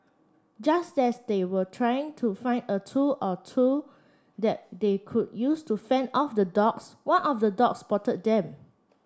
just as they were trying to find a tool or two that they could use to fend off the dogs one of the dogs spotted them